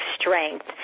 strength